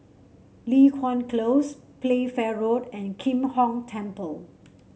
Li Hwan Close Playfair Road and Kim Hong Temple